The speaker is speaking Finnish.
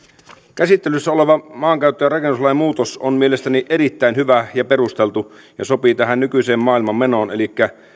käsittelyssä oleva maankäyttö ja rakennuslain muutos on mielestäni erittäin hyvä ja perusteltu ja sopii hyvin tähän nykyiseen maailmanmenoon elikkä